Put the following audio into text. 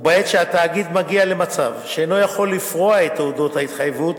ובעת שהתאגיד מגיע למצב שאינו יכול לפרוע את תעודות ההתחייבות,